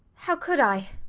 how could i?